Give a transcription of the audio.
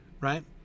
right